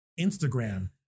Instagram